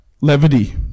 Levity